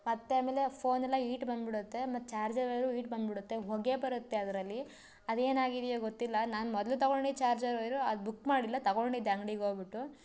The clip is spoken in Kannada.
ಮತ್ತು ಆಮೇಲೆ ಫೋನೆಲ್ಲ ಈಟ್ ಬಂದುಬಿಡುತ್ತೆ ಮತ್ತು ಚಾರ್ಜರ್ ವೈರು ಈಟ್ ಬಂದುಬಿಡುತ್ತೆ ಹೊಗೆ ಬರುತ್ತೆ ಅದರಲ್ಲಿ ಅದು ಏನಾಗಿದೆಯೋ ಗೊತ್ತಿಲ್ಲ ನಾನು ಮೊದಲು ತಗೊಂಡಿದ್ದ ಚಾರ್ಜರ್ ವೈರು ಅದು ಬುಕ್ ಮಾಡಿಲ್ಲ ತಗೊಂಡಿದ್ದೆ ಅಂಗ್ಡಿಗೆ ಹೋಗ್ಬಿಟ್ಟು